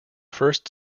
first